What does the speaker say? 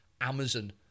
Amazon